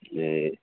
ए